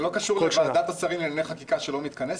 זה לא קשור לוועדת השרים לענייני חקיקה שלא מתכנסת?